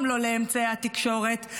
גם לא לאמצעי התקשורת,